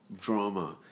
drama